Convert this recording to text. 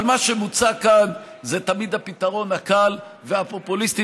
אבל מה שמוצע כאן זה תמיד הפתרון הקל והפופוליסטי,